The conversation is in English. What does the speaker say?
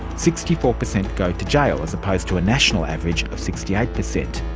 sixty four percent go to jail as opposed to a national average of sixty eight percent.